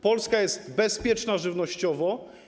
Polska jest bezpieczna żywnościowo.